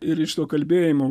ir iš to kalbėjimo